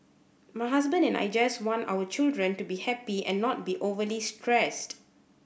my husband and I just want our children to be happy and not be overly stressed